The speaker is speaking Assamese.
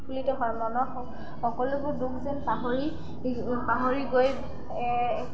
মনৰ সকলোবোৰ দুখ যেন পাহৰি পাহৰি গৈ